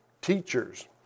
teachers